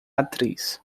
atriz